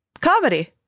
Comedy